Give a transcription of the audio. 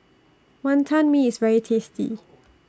Wantan Mee IS very tasty